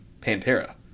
Pantera